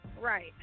right